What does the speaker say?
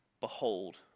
behold